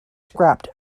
scrapped